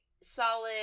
solid